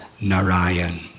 Narayan